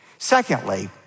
Secondly